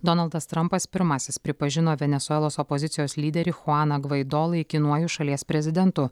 donaldas trampas pirmasis pripažino venesuelos opozicijos lyderį chuaną gvaido laikinuoju šalies prezidentu